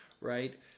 right